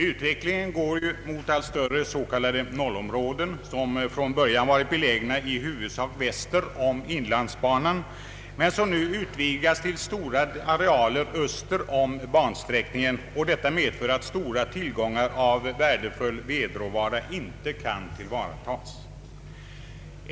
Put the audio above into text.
Utvecklingen går mot allt större s.k. 0-områden, som från början varit belägna i huvudsak väster om Inlandsbanan men som nu utvidgats till stora arealer öster om bansträckningen. Detta medför att stora tillgångar av värdefull vedråvara inte kan tillvaratas.